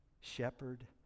shepherd